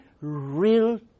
real